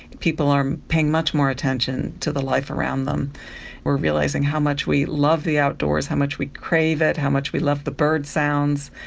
people are paying much more attention to the life around them. we are realising how much we love the outdoors, how much we crave it, how much we love the bird sounds.